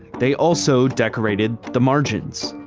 they also decorated the margins.